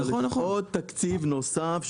אבל יש עוד תקציב נוסף,